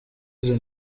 izo